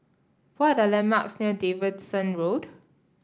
what are the landmarks near Davidson Road